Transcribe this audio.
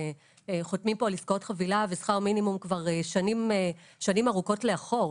חותמים פה על עסקאות חבילה ושכר מינימום כבר שנים ארוכות לאחור.